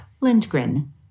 Lindgren